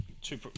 two